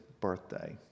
birthday